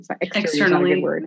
externally